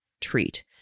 treat